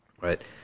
Right